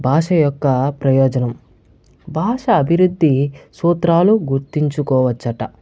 భాష యొక్క ప్రయోజనం భాష అభివృద్ధి సూత్రాలు గుర్తించుకోవచ్చట